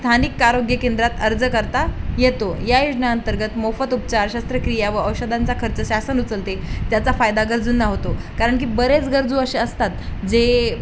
स्थानिक आरोग्य केंद्रात अर्ज करता येतो या योजनाअंतर्गत मोफत उपचार शास्त्रक्रिया व औषधांचा खर्च शासन उचलते त्याचा फायदा गरजुंना होतो कारण की बरेच गरजू असे असतात जे